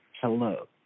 Hello